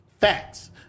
Facts